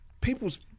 people's